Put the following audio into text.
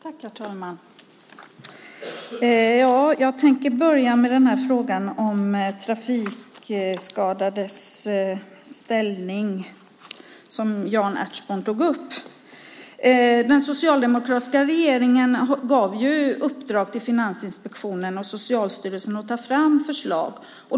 Herr talman! Jag tänker börja med frågan om trafikskadades ställning, som Jan Ertsborn tog upp. Den socialdemokratiska regeringen gav ju uppdrag till Finansinspektionen och Socialstyrelsen att ta fram förslag.